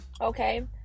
okay